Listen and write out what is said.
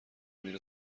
میره